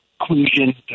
inclusion